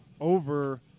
over